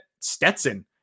Stetson